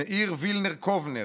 מאיר וילנר-קובנר,